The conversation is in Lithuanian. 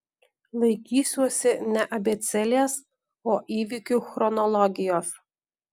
laikysiuosi ne abėcėlės o įvykių chronologijos